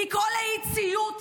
לקרוא לאי-ציות,